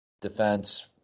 Defense